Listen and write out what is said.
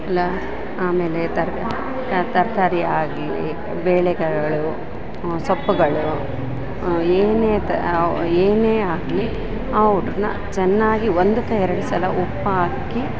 ಲ ಆಮೇಲೆ ಥರ ತರಕಾರಿ ಆಗಲಿ ಬೇಳೆ ಕಾಳು ಸೊಪ್ಗಳು ಏನೇ ತ ಏನೇ ಆಗಲಿ ಒಟ್ರ್ನ ಚೆನ್ನಾಗಿ ಒಂದಕ್ಕೆ ಎರಡು ಸಲ ಉಪ್ಪು ಹಾಕಿ